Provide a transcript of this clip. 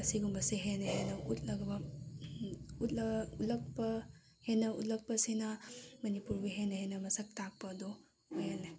ꯑꯁꯤꯒꯨꯝꯕꯁꯤ ꯍꯦꯟꯅ ꯍꯦꯟꯅ ꯎꯠꯂꯛꯄ ꯍꯦꯟꯅ ꯎꯠꯂꯛꯄꯁꯤꯅ ꯃꯅꯤꯄꯨꯔꯕꯨ ꯍꯦꯟꯅ ꯍꯦꯟꯅ ꯃꯁꯛ ꯇꯥꯛꯄꯗꯨ ꯑꯣꯏꯍꯜꯂꯦ